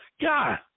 God